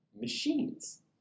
machines